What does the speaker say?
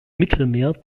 mittelmeer